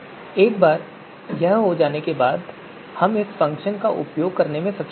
एक बार यह हो जाने के बाद हम इस फ़ंक्शन का उपयोग करने में सक्षम होंगे